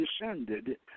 descended